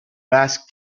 asked